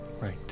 Right